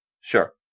sure